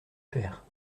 faire